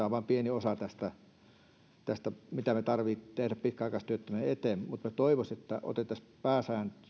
on vain pieni osa tästä tästä mitä meidän tarvitsee tehdä pitkäaikaistyöttömien eteen mutta minä toivoisin että otettaisiin pääsääntö